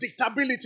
predictability